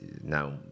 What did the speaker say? now